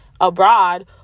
abroad